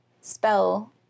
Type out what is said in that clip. spell